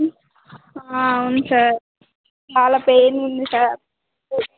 అవును సార్ చాలా పెయిన్ ఉంది సార్